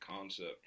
concept